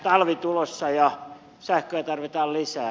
talvi on tulossa ja sähköä tarvitaan lisää